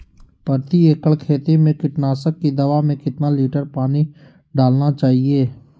प्रति एकड़ खेती में कीटनाशक की दवा में कितना लीटर पानी डालना चाइए?